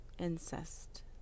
incest